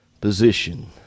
position